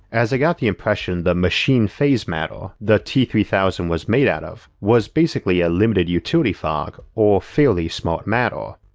as i got the impression the machine phase matter the t three thousand was made out of was basically a limited utility fog or fairly smart matter.